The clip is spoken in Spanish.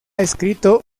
escrito